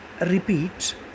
repeat